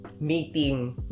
meeting